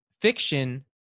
fiction